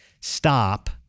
stop